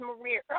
Maria